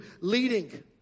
leading